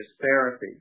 therapy